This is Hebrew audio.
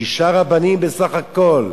שישה רבנים בסך הכול,